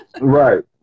right